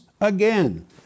again